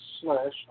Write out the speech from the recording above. slash